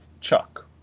Chuck